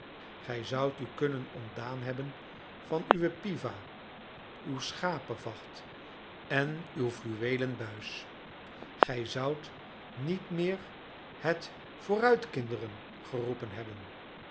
gij zoudt u kunnen ontdaan hebben van uwe piva uw schapevacht en uw fluweelen buis gij zoudt niet meer het vooruit kinderen geroepen hebben